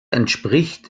entspricht